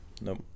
Nope